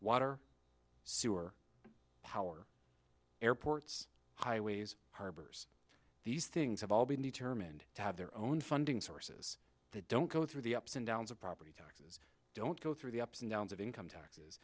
water sewer power airports highways harbors these things have all been determined to have their own funding sources that don't go through the ups and downs of property taxes don't go through the ups and downs of income taxes